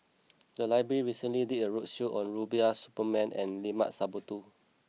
the library recently did a roadshow on Rubiah Suparman and Limat Sabtu